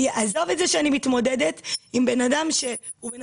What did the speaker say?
עזוב את זה שאני מתמודדת עם בן אדם שהוא בן